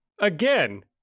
again